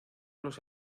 los